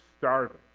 starving